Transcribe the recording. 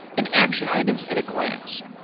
and action items at a glance.